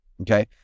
okay